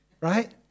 Right